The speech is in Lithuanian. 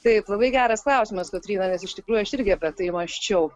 tai labai geras klausimas kotryna nes iš tikrųjų aš irgi apie tai mąsčiau